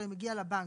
הרי מגיע לבנק,